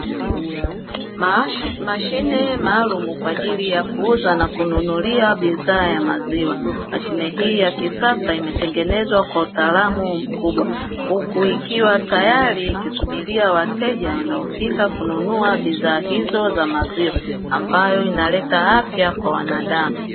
Mashine maalumu kwa ajili ya kuuza na kununulia bidhaa ya maziwa. Mashine hii ya kisasa imetengenezwa kwa utaalamu mkubwa. Huku ikiwa tayari ikisubiria wateja wanaofika kununua bidhaa hizo za maziwa ambayo inaleta afya kwa wanadamu.